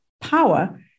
power